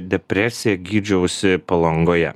depresiją gydžiausi palangoje